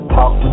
Talk